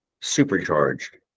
supercharged